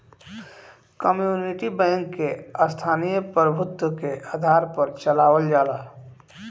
community bank के स्थानीय प्रभुत्व के आधार पर चलावल जाला